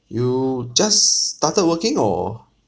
you just started working or